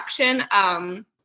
action